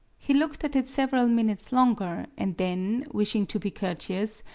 he looked at it several minutes longer and then, wishing to be courteous,